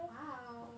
!wow!